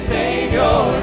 Savior